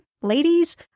ladies